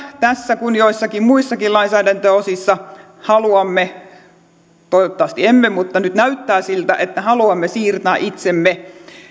tässä kuin joissakin muissakin lainsäädäntöosissa haluamme toivottavasti emme mutta nyt näyttää siltä että haluamme siirtää itsemme